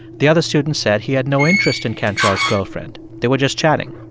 the other student said he had no interest in cantrell's girlfriend. they were just chatting.